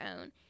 own